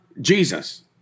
Jesus